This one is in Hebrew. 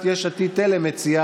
יש עתיד ולפיד,